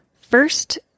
First